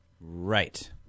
right